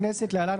הכנסת (להלן,